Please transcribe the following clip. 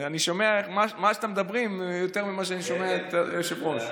אני שומע מה שאתה מדברים יותר ממה שאני שומע את היושב-ראש.